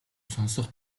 сонсох